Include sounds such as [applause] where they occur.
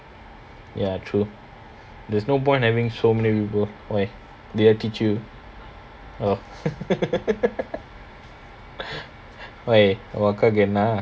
ya true there's no point having so many people where who teach you oh [laughs] உன் அக்கா கு ஏன்னா:un akka ku ennaa